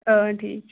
اۭں ٹھیٖک چھُ